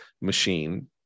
machine